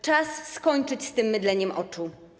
Czas skończyć z tym mydleniem oczu.